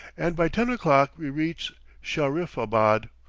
and by ten o'clock we reach shahriffabad,